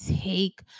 take